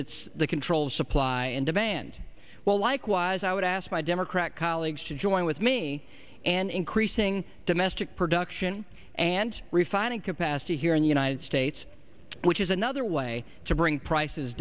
that's the control of supply and demand well likewise i would ask my democrat colleagues to join with me and increasing domestic production and refining capacity here in the united states which is another way to bring prices